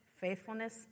faithfulness